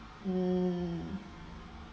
hmm